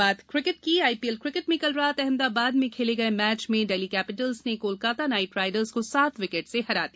IPL cricket IPL cricket में कल रात अहमदाबाद में खेले गए मैच में दिल्ली कैपिटल्स ने कोलकाता नाइट राइडर्स को सात विकेट से हरा दिया